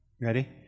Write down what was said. Ready